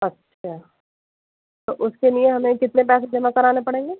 اچھا تو اس کے لیے ہمیں کتنے پیسے جمع کرانے پڑیں گے